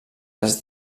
has